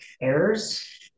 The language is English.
errors